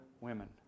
women